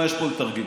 מה יש פה לתרגם?